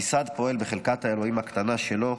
המשרד פועל בחלקת האלוהים הקטנה שלו,